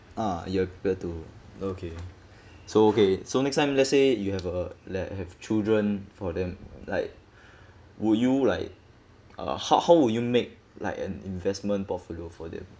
ah you've prepared to okay so okay so next time let's say you have a like have children for them like would you like uh how how would you make like an investment portfolio for them